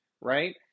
right